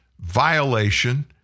violation